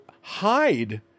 hide